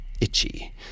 itchy